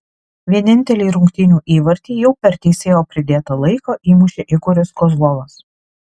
vienintelį rungtynių įvartį jau per teisėjo pridėtą laiką įmušė igoris kozlovas